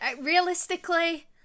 realistically